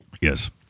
Yes